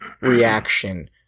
reaction